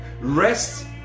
Rest